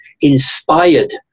inspired